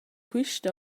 quist